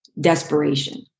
desperation